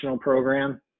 program